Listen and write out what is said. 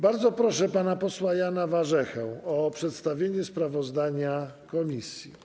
Bardzo proszę pana posła Jana Warzechę o przedstawienie sprawozdania komisji.